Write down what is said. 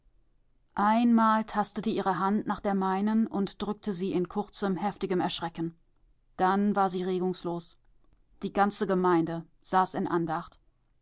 einmal tastete ihre hand nach der meinen und drückte sie in kurzem heftigem erschrecken dann war sie regungslos die ganze gemeinde saß in andacht